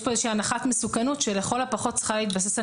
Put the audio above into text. יש כאן איזושהי הנחת מסוכנות שלכל הפחות צריכה להתבסס על